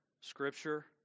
Scripture